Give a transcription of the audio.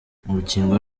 urukingo